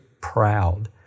proud